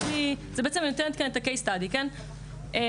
לי זה בעצם נותנת כאן את הקייס סטאדי שהוא אני,